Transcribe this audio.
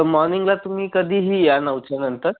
मॉर्निंगला तुम्ही कधीही या नऊच्यानंतर